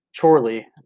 Chorley